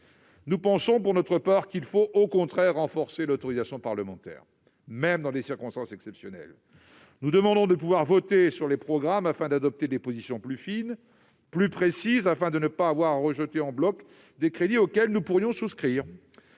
nous pensons qu'il faut au contraire renforcer l'autorisation parlementaire, même dans des circonstances exceptionnelles. Nous demandons de pouvoir voter sur les programmes, afin d'adopter des positions plus fines, plus précises, pour ne pas avoir à rejeter en bloc des crédits auxquels nous pourrions souscrire.